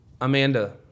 Amanda